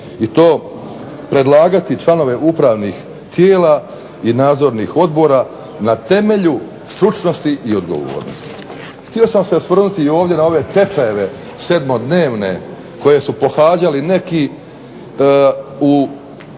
I to predlagati članove upravnih tijela i nadzornih odbora na temelju stručnosti i odgovornosti. Htio sam se osvrnuti i na ove tečajeve sedmodnevne koji su pohađali neki u